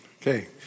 Okay